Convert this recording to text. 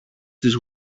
της